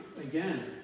again